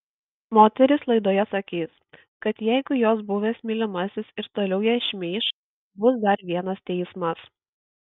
moteris laidoje sakys kad jeigu jos buvęs mylimasis ir toliau ją šmeiš bus dar vienas teismas